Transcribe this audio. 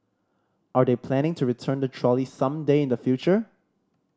are they planning to return the trolley some day in the future